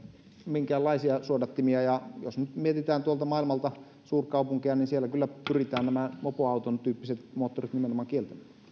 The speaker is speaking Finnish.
minkäänlaisia suodattimia ja jos nyt mietitään tuolta maailmalta suurkaupunkeja niin siellä kyllä pyritään nämä mopoauton tyyppiset moottorit nimenomaan kieltämään